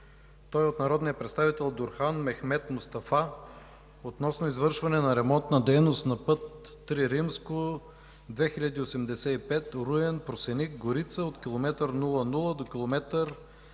Той е от народния представител Дурхан Мехмед Мустафа относно извършване на ремонтна дейност на Път ІІІ – 2085 Руен – Просеник – Горица от километър 00 до километър